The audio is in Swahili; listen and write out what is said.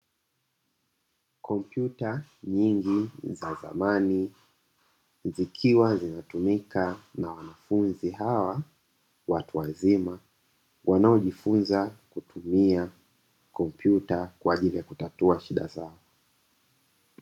Komputa nyingi za zamani zikiwa zinatumika na wanafunzi hawa watu wazima wanaojifunza kutumia kompyuta kwa ajili ya kutatua shida zao.